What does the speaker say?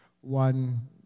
one